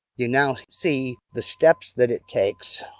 you now see the steps that it takes.